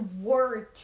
word